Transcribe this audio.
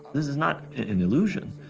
this is not an illusion.